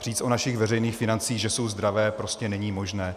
Říct o našich veřejných financích, že jsou zdravé, prostě není možné.